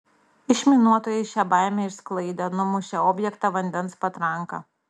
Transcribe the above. išminuotojai šią baimę išsklaidė numušę objektą vandens patranka